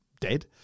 dead